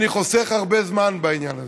אני חוסך הרבה זמן בעניין הזה.